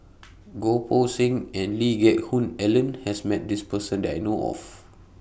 Goh Poh Seng and Lee Geck Hoon Ellen has Met This Person that I know of